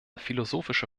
philosophische